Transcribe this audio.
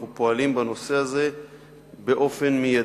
אנחנו פועלים בנושא הזה באופן מיידי.